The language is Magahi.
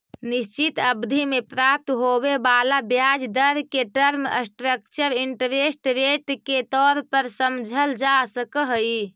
निश्चित अवधि में प्राप्त होवे वाला ब्याज दर के टर्म स्ट्रक्चर इंटरेस्ट रेट के तौर पर समझल जा सकऽ हई